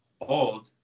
old